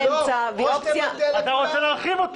אתה רוצה להרחיב.